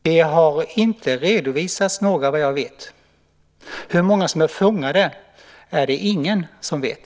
Herr talman! Vad jag vet har det inte redovisats några. Hur många som är fångade är det ingen som vet.